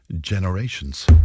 generations